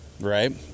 right